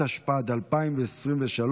התשפ"ד 2023,